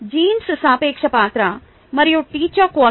jeans సాపేక్ష పాత్ర మరియు టీచర్ క్వాలిటి